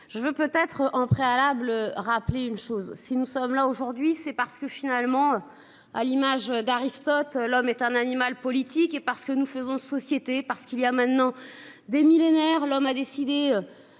je veux peut être en préalable rappeler une chose, si nous sommes là aujourd'hui c'est parce que finalement. À l'image d'Aristote, l'homme est un animal politique et parce que nous faisons société parce qu'il y a maintenant des millénaires, l'homme a décidé.